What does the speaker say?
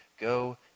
Go